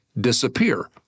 disappear